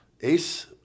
ace